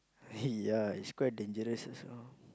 ya it's quite dangerous as well